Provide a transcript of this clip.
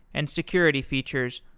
and security features,